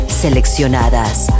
Seleccionadas